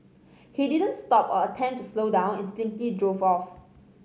he didn't stop or attempt to slow down and simply drove off